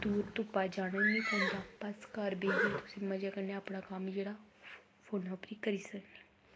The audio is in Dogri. दूर धुप्पा जाना बी निं पौंदा बस घर बेहियै तुसेंगी मज़ा कन्नै अपना कम्म जेह्ड़ा फोनै उप्पर ई करी सकने